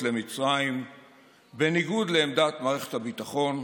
למצרים בניגוד לעמדת מערכת הביטחון,